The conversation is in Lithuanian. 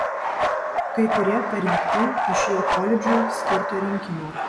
kai kurie parinkti iš jo koledžui skirto rinkinio